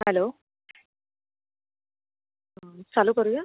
hello चालू करू या